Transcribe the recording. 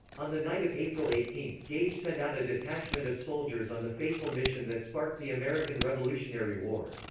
on the night of april eighteen, gage sent out a detachment of soldiers on the fateful mission that sparked the american revolutionary war.